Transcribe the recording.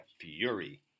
Fury